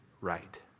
right